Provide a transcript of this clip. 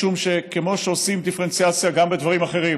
משום שכמו שעושים דיפרנציאציה גם בדברים אחרים